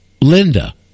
Linda